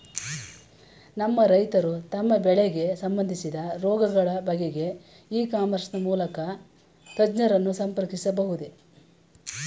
ನಮ್ಮ ರೈತರು ತಮ್ಮ ಬೆಳೆಗೆ ಸಂಬಂದಿಸಿದ ರೋಗಗಳ ಬಗೆಗೆ ಇ ಕಾಮರ್ಸ್ ಮೂಲಕ ತಜ್ಞರನ್ನು ಸಂಪರ್ಕಿಸಬಹುದೇ?